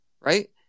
right